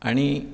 आनी